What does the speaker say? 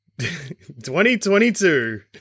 2022